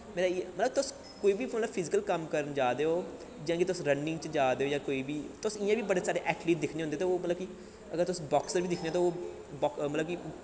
मतलब तुस कोई बी मतलब फिजिकल कम्म करन जा दे ओ जां कि तुस रनिंग च जा दे ओ जां कोई बी तुस इ'यां बी बड़े जादा ऐथलीट गी दिक्खने होन्ने ते ओह् मतलब कि अगर तुस बाक्सर बी दिक्खने ते ओह् बा मतलब कि